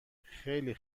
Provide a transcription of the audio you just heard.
خیلی